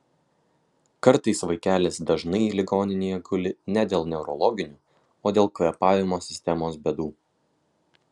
kartais vaikelis dažnai ligoninėje guli ne dėl neurologinių o dėl kvėpavimo sistemos bėdų